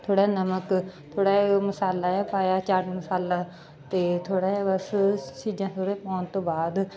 ਥੋੜ੍ਹਾ ਜਿਹਾ ਨਮਕ ਥੋੜ੍ਹਾ ਜਿਹਾ ਮਸਾਲਾ ਆ ਪਾਇਆ ਚਾਟ ਮਸਾਲਾ ਅਤੇ ਥੋੜ੍ਹਾ ਜਿਹਾ ਬਸ ਚੀਜ਼ਾਂ ਥੋੜ੍ਹਾ ਜਿਹਾ ਪਾਉਣ ਤੋਂ ਬਾਅਦ